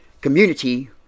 community